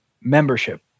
membership